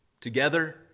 together